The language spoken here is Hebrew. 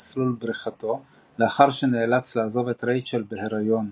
מסלול בריחתו לאחר שנאלץ לעזוב את רייצ'ל בהריון.